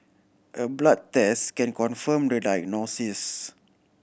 a blood test can confirm the diagnosis